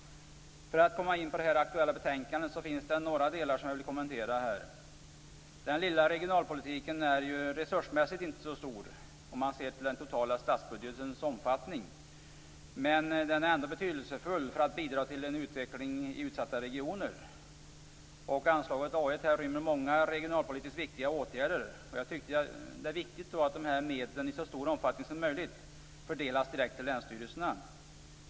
För att komma in på det aktuella betänkandet finns det några delar som jag vill kommentera. Den lilla regionalpolitiken är ju resursmässigt inte så stor om man ser till den totala statsbudgetens omfattning, men den är ändå mycket betydelsefull för att bidra till en utveckling i utsatta regioner. Anslag A 1 rymmer många regionalpolitisk viktiga åtgärder, och jag tycker att det är viktigt att dessa medel i så stor omfattning som möjligt fördelas direkt till länsstyrelserna.